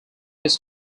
his